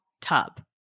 tub